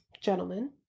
Gentlemen